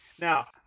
Now